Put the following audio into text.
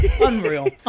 Unreal